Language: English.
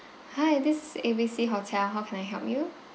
hi this is A B C hotel how can I help you